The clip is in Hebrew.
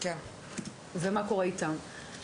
ומה קורה איתם.